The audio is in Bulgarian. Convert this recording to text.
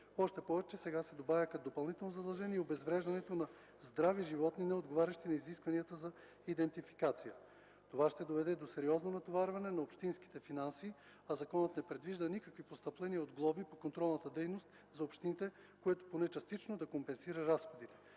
Още повече, че сега се добавя като допълнително задължение и обезвреждането на здрави животни, неотговарящи на изискванията за идентификация. Това ще доведе до сериозно натоварване на общинските финанси, а законът не предвижда никакви постъпления от глоби по контролната дейност за общините, което поне частично да компенсира разходите.